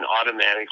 automatically